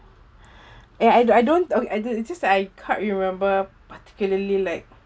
eh I I don't okay I it's just I can't remember particularly like